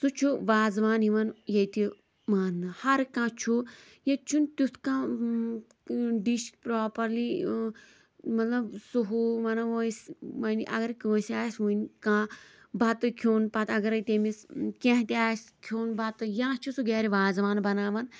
سُہ چھُ وازوان یِوان ییٚتہِ مانٕنہٕ ہر کانٛہہ چھُ ییٚتہِ چھُ نہٕ تیُتھ کانٛہہ ڈِش پراپرلی مطلب سُہ ہہُ ونو أسۍ ونۍ اگر کٲنسہِ آسہِ وٕنۍ کانٚہہ بتہٕ کھٮُ۪ن پتہٕ اگرے تٔمِس کینٛہہ تہِ آسہِ کھٮ۪ن بتہٕ یا چھُ سُہ گرِ وازوان بناوان